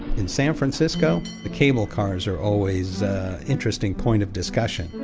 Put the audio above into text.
in san francisco, the cable cars are always interesting point of discussion.